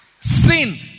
Sin